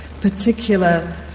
particular